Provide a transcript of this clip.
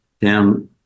down